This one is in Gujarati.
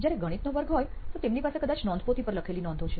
જ્યારે ગણિતનો વર્ગ હોય તો તેમની પાસે કદાચ નોંધપોથી પર લખેલી નોંધો છે